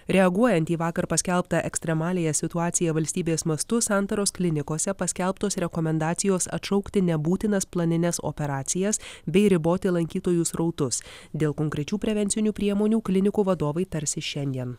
reaguojant į vakar paskelbtą ekstremaliąją situaciją valstybės mastu santaros klinikose paskelbtos rekomendacijos atšaukti nebūtinas planines operacijas bei riboti lankytojų srautus dėl konkrečių prevencinių priemonių klinikų vadovai tarsis šiandien